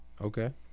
Okay